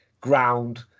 ground